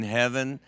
heaven